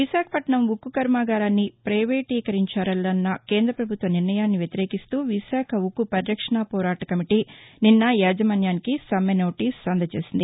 విశాఖపట్టణం ఉక్కు కర్శాగారాన్ని పైవేటీకరించాలన్న కేంద పభుత్వ నిర్ణయాన్ని వ్యతిరేకిస్తూ విశాఖ ఉక్కు పరిరక్షణా పోరాట కమిటీ నిన్న యాజమాన్యానికి సమ్మె నోటీసు అందజేసింది